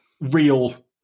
real –